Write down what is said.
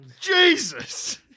Jesus